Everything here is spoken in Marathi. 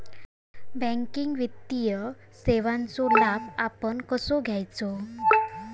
बँकिंग वित्तीय सेवाचो लाभ आपण कसो घेयाचो?